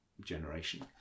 generation